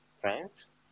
friends